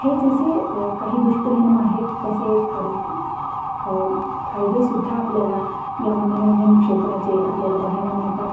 हे जसे काही दुष्परिणाम आहेत तसे फा फायदे सुद्धा आपल्याला या मनोरंजनक्षेत्राचे आपल्याला बघायला मिळतात